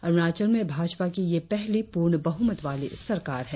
अरुणाचल में भाजपा की यह पहली पूर्ण बहुमत वाली सरकार है